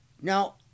Now